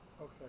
okay